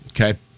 Okay